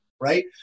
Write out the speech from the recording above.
right